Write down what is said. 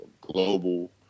global